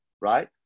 right